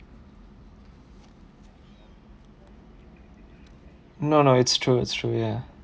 no no it's true it's true ya